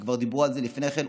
וכבר דיברו על זה לפני כן.